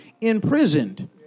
imprisoned